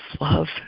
love